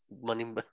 money